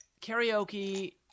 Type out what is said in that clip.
karaoke